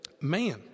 man